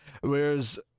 Whereas